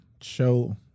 show